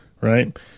right